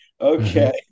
Okay